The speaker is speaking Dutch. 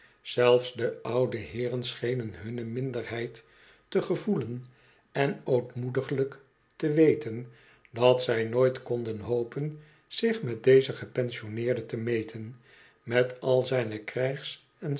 zelfs de oude heeren schenen hunne minderheid te gevoelen en ootmoediglijk te weten dat zij nooit konden hopen zich met den gepensioneerde te meten met al zijne krijgs en